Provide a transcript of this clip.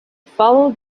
followed